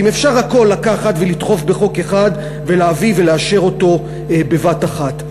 אם אפשר הכול לקחת ולדחוף בחוק אחד ולהביא ולאשר אותו בבת אחת?